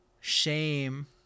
shame